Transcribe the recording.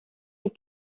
est